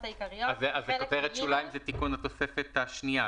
העיקריות -- אז כותרת השוליים זה תיקון התוספת השנייה,